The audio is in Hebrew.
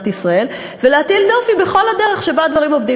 ישראל ולהטיל דופי בכל הדרך שבה הדברים עובדים.